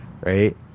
right